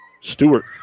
Stewart